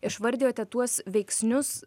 išvardijote tuos veiksnius